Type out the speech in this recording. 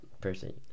person